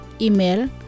Email